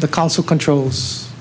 the council controls